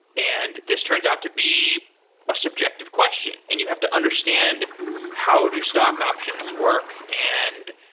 and this turns out to be a subjective question, and you have to understand how do stock options work, and